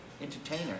entertainer